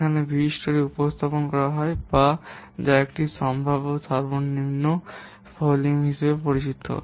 সেগুলি ভি স্টারে উপস্থাপন করা হয় বা যা একটি সম্ভাব্য সর্বনিম্ন ভলিউম হিসাবে পরিচিত